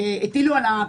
התשובה שלהם גם בעניין הזה.